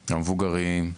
המבוגרים,